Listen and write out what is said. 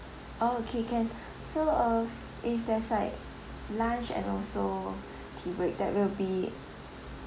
oh okay can so uh f~ if there's like lunch and also tea break that will be